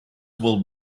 will